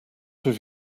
have